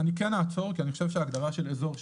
כמו שאמרנו, דרך המלך לאסדרה של שירותי